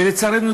ולצערנו,